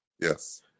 Yes